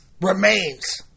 remains